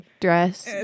dress